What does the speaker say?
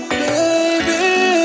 baby